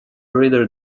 reader